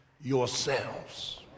yourselves